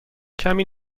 کمی